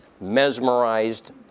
mesmerized